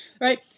right